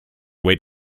wait